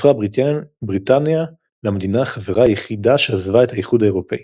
הפכה בריטניה למדינה החברה היחידה שעזבה את האיחוד האירופי.